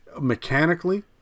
mechanically